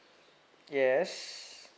yes